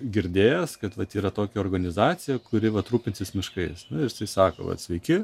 girdėjęs kad vat yra tokia organizacija kuri vat rūpinsis miškais na ir jisai sako sveiki